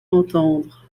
entendre